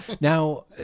now